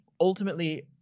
Ultimately